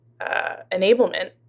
enablement